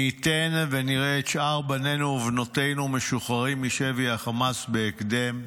מי ייתן ונראה את שאר בנינו ובנותינו משוחררים משבי חמאס בהקדם.